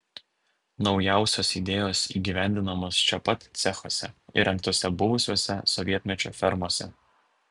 naujausios idėjos įgyvendinamos čia pat cechuose įrengtuose buvusiose sovietmečio fermose